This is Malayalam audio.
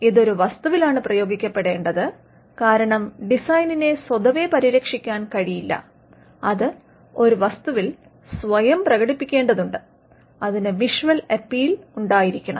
ഇത് ഒരു വസ്തുവിലാണ് പ്രയോഗിക്കപ്പെടേണ്ടത് കാരണം ഡിസൈനിനെ സ്വതവേ പരിരക്ഷിക്കാൻ കഴിയില്ല അത് ഒരു വസ്തുവിൽ സ്വയം പ്രകടിപ്പിക്കേണ്ടതുണ്ട് അതിന് വിഷ്വൽ അപ്പീൽ ഉണ്ടായിരിക്കണം